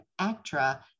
Actra